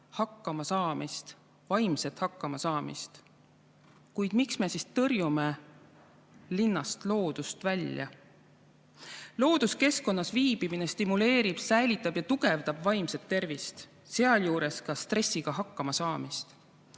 hakkamasaamist, vaimset hakkamasaamist. Miks me siis tõrjume linnast loodust välja? Looduskeskkonnas viibimine stimuleerib, säilitab ja tugevdab vaimset tervist, sealjuures ka stressiga hakkamasaamist.